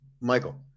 Michael